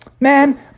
Man